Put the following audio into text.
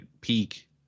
peak